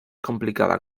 complicada